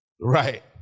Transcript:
Right